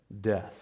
death